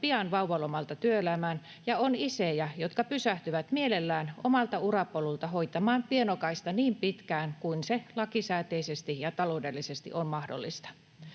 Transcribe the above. pian vauvalomalta työelämään, ja on isiä, jotka pysähtyvät mielellään omalta urapolulta hoitamaan pienokaista niin pitkään kuin se lakisääteisesti ja taloudellisesti on mahdollista.